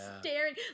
staring